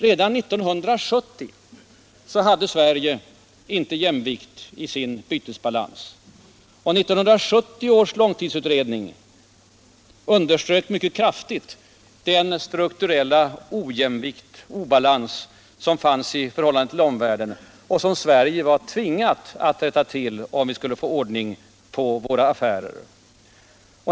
Redan 1970 hade Sverige inte jämvikt i sin bytesbalans. Och 1970 års långtidsutredning underströk mycket kraftigt den strukturella obalans som fanns i förhållande till omvärlden och som Sverige var tvingat att rätta till om vi skulle få ordning på våra affärer.